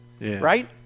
right